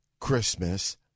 Christmas